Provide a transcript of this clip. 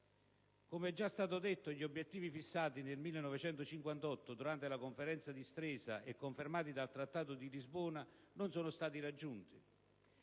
Come è già stato detto, gli obiettivi fissati nel 1958 durante la Conferenza di Stresa, e confermati dal Trattato di Lisbona, non sono stati raggiunti: